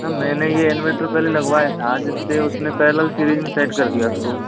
मैंने यह इन्वर्टर पहले लगवाया था आज उसने पैरेलल सीरीज में सेट कर दिया उसको